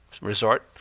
Resort